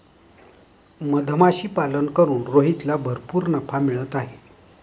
मधमाशीपालन करून रोहितला भरपूर नफा मिळत आहे